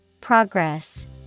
Progress